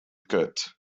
cut